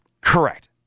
Correct